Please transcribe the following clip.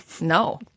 No